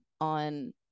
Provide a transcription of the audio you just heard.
on